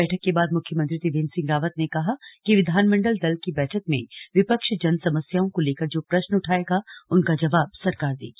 बैठक के बाद मुख्यमंत्री त्रिवेंद्र सिंह रावत ने कहा कि विधानमण्डल दल की बैठक में विपक्ष जनसमस्याओं को लेकर जो प्रश्न उठाएगा उनका जवाब सरकार देगी